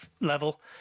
level